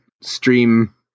stream